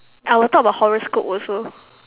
I'll talk about horoscope also